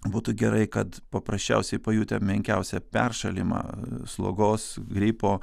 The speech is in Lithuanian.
būtų gerai kad paprasčiausiai pajutę menkiausią peršalimą slogos gripo